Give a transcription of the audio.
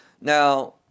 Now